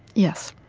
yes